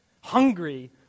hungry